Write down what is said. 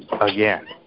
again